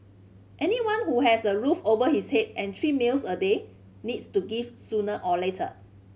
anyone who has a roof over his head and three meals a day needs to give sooner or later